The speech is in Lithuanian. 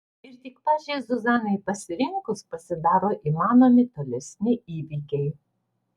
ir tik pačiai zuzanai pasirinkus pasidaro įmanomi tolesni įvykiai